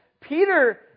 Peter